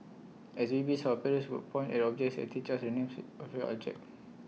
as babies our parents would point at objects and teach us the names of your object